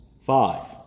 Five